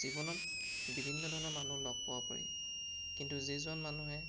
জীৱনত বিভিন্ন ধৰণৰ মানুহ লগ পাব পাৰি কিন্তু যিজন মানুহে